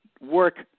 work